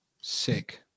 Sick